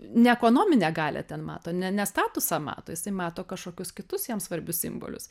ne ekonominę galią ten mato ne ne statusą mato jisai mato kažkokius kitus jam svarbius simbolius